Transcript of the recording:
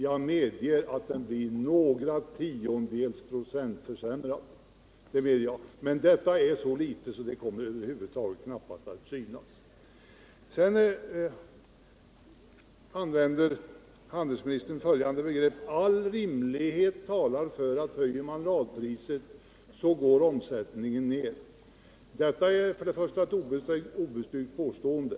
Jag medger att det blir en försämring med några tiondels procent, men det är så litet att det knappast kommer att synas. Sedan sade handelsministern att all rimlighet talar för att höjer man radpriset så går omsättningen ned. Detta är till att börja med ett obestyrkt påstående.